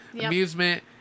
amusement